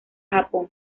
japón